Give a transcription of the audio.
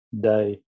day